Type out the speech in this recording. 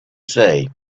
say